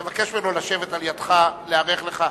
תבקש ממנו לשבת לידך ולארח לך.